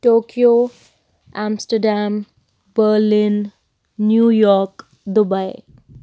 Tokyo Amsterdam Berlin New York Dubai